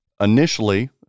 initially